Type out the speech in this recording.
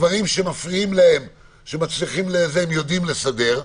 דברים שמפריעים להם הם יודעים לסדר.